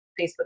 Facebook